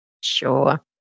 Sure